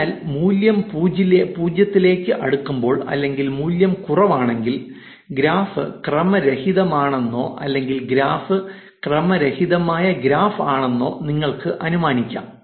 അതിനാൽ മൂല്യം 0 ലേക്ക് അടുക്കുമ്പോൾ അല്ലെങ്കിൽ മൂല്യം കുറവാണെങ്കിൽ ഗ്രാഫ് ക്രമരഹിതമാണെന്നോ അല്ലെങ്കിൽ ഗ്രാഫ് ക്രമരഹിതമായ ഗ്രാഫ് ആണെന്നോ നിങ്ങൾക്ക് അനുമാനിക്കാം